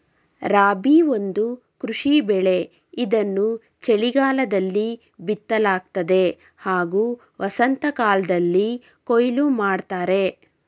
ರಾಬಿ ಒಂದು ಕೃಷಿ ಬೆಳೆ ಇದನ್ನು ಚಳಿಗಾಲದಲ್ಲಿ ಬಿತ್ತಲಾಗ್ತದೆ ಹಾಗೂ ವಸಂತಕಾಲ್ದಲ್ಲಿ ಕೊಯ್ಲು ಮಾಡ್ತರೆ